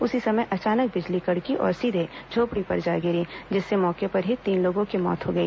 उसी समय अचानक बिजली कड़की और सीधे झोपड़ी पर जा गिरी जिससे मौके पर ही तीन लोगों की मौत हो गई